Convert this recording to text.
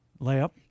Layup